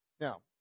Now